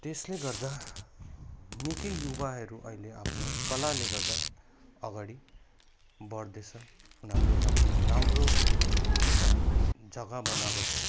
त्यसले गर्दा निकै युवाहरू अहिले आफ्नो कलाले गर्दा अगाडि बढ्दैछ उनीहरूले आफ्नो राम्रो एउटा जग्गा बनाएको छ